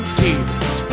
tears